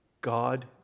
God